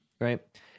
right